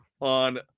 on